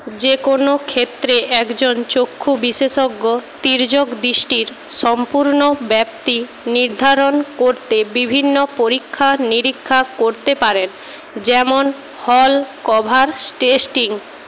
যে কোনো ক্ষেত্রে একজন চক্ষু বিশেষজ্ঞ তির্যক দৃষ্টির সম্পূর্ণ ব্যাপ্তি নির্ধারণ করতে বিভিন্ন পরীক্ষা নিরীক্ষা করতে পারেন যেমন হল কভার টেস্টিং